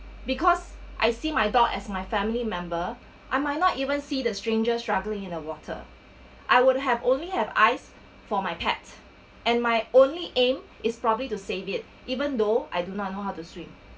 because I see my dog as my family member I might not even see the stranger struggling in the water I would have only have eyes for my pet and my only aim is probably to save it even though I do not know how to swim